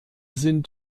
sind